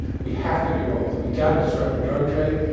we have to do both. we've got to disrupt the drug trade.